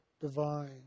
divine